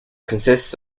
consists